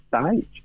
stage